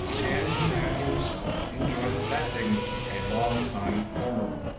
and who had himself enjoyed that dignity a long time formerly,